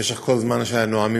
אבל אם לא, אני